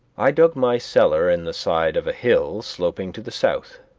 i dug my cellar in the side of a hill sloping to the south,